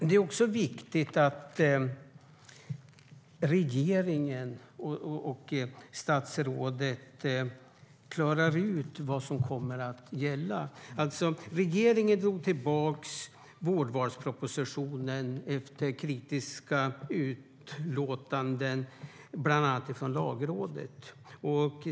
Det är viktigt att regeringen och statsrådet klarar ut vad som kommer att gälla. Regeringen drog tillbaka vårdvalspropositionen efter kritiska utlåtanden av bland annat Lagrådet.